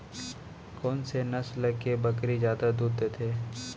कोन से नस्ल के बकरी जादा दूध देथे